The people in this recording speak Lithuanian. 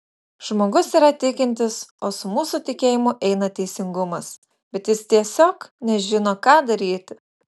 žmogus yra tikintis o su mūsų tikėjimu eina teisingumas bet jis tiesiog nežino ką daryti